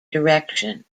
direction